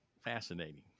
Fascinating